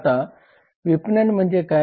आता विपणन म्हणजे काय